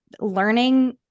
learning